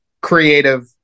creative